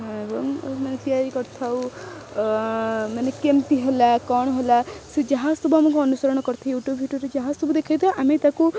ଏବଂ ମାନେ ତିଆରି କରିଥାଉ ମାନେ କେମିତି ହେଲା କ'ଣ ହେଲା ସେ ଯାହା ସବୁ ଆମକୁ ଅନୁସରଣ କରିଥାଏ ୟୁଟ୍ୟୁବ୍ ଭିଡ଼ିଓରେ ଯାହା ସବୁ ଦେଖାଇଥାଉ ଆମେ ତାକୁ